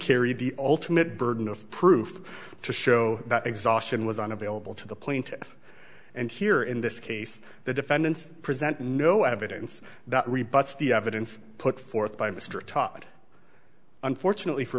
carry the ultimate burden of proof to show that exhaustion was unavailable to the plaintiff and here in this case the defendants present no evidence that rebuts the evidence put forth by mr todd unfortunately for